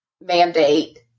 mandate